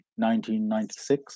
1996